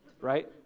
Right